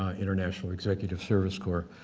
ah international executive service core,